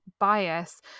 bias